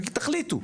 תחליטו.